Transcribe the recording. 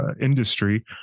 industry